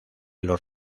los